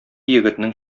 егетнең